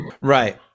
right